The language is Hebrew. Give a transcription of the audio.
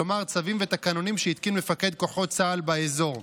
כלומר צווים ותקנונים שהתקין מפקד כוחות צה"ל באזור.